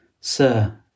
Sir